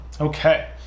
Okay